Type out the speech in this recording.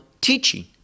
teaching